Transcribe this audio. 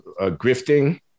grifting